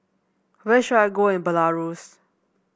where should I go in Belarus